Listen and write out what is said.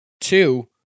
Two